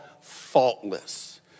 faultless